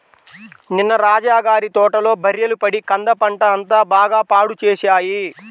నిన్న రాజా గారి తోటలో బర్రెలు పడి కంద పంట అంతా బాగా పాడు చేశాయి